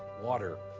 water,